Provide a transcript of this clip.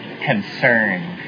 concern